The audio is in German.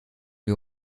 wir